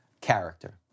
character